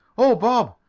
oh, bob!